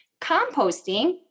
Composting